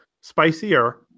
spicier